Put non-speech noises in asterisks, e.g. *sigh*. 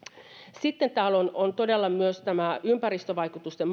sitten täällä on todella myös tämä ympäristövaikutusten *unintelligible*